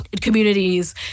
Communities